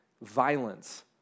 violence